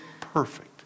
perfect